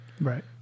right